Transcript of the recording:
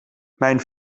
mijn